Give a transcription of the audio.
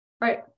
Right